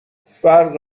فرق